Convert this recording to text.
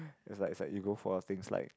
is like is like you go for a things like